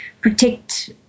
protect